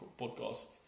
podcast